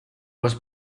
was